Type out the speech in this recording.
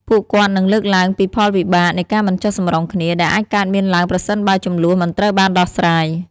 ពួកគាត់នឹងលើកឡើងពីផលវិបាកនៃការមិនចុះសម្រុងគ្នា ដែលអាចកើតមានឡើងប្រសិនបើជម្លោះមិនត្រូវបានដោះស្រាយ។